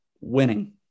Winning